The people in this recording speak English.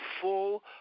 full